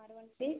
Maruvan street